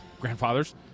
grandfathers